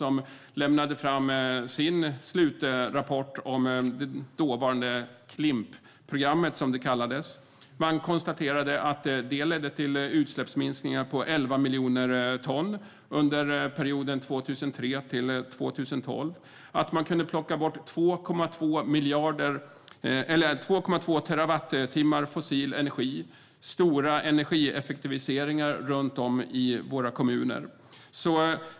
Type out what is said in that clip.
Man konstaterade i sin slutrapport att programmet ledde till utsläppsminskningar på 11 miljoner ton under perioden 2003-2012 och att 2,2 terawattimmar fossil energi kunde plockas bort, vilket alltså innebar stora energieffektiviseringar runt om i våra kommuner.